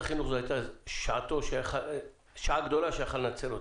הייתה גם שעה גדולה שמשרד החינוך היה יכול לנצל אותה.